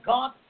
God